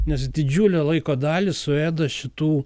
nes didžiulę laiko dalį suėda šitų